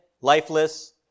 lifeless